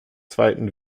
zweiten